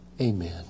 Amen